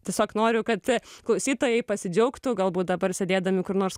tiesiog noriu kad klausytojai pasidžiaugtų galbūt dabar sėdėdami kur nors